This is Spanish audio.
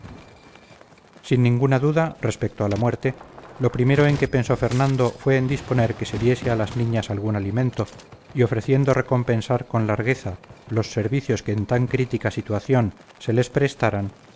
sin ninguna duda respecto a la muerte lo primero en que pensó fernando fue en disponer que se diese a las niñas algún alimento y ofreciendo recompensar con largueza los servicios que en tan crítica situación se les prestaran